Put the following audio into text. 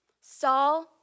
Saul